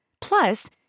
Plus